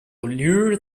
lure